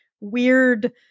weird